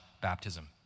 baptism